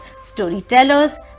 storytellers